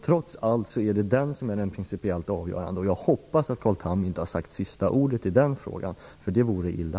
Trots allt är det den som är principiellt avgörande. Jag hoppas att Carl Tham inte har sagt sista ordet i den frågan, för det vore illa.